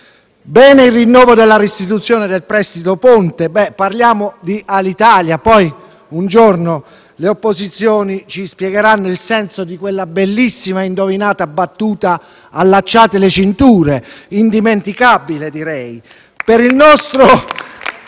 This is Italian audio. Bene il rinnovo della restituzione del prestito ponte: parliamo di Alitalia; poi un giorno le opposizioni ci spiegheranno il senso di quella bellissima e indovinata battuta «allacciate le cinture», indimenticabile direi. *(Applausi